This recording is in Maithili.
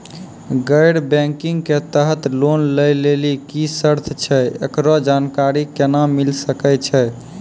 गैर बैंकिंग के तहत लोन लए लेली की सर्त छै, एकरो जानकारी केना मिले सकय छै?